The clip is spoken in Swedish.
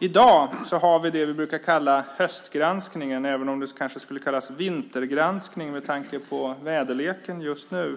I dag har vi det vi brukar kalla höstgranskningen, även om det kanske skulle kallas vintergranskning med tanke på väderleken just nu.